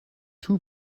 two